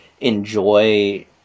enjoy